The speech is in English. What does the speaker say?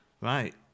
Right